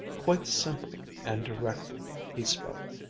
quite simply and directly, he spoke.